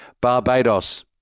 Barbados